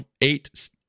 eight